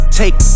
take